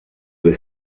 due